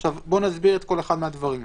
עכשיו נסביר כל אחד מהדברים.